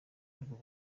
rw’u